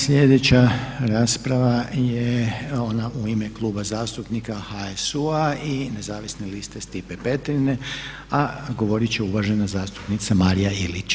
Sljedeća rasprava je ona u ime Kluba zastupnika HSU-a i nezavisne liste Stipe Petrine, a govorit će uvažena zastupnica Marija Ilić.